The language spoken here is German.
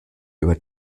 über